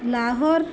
Lahore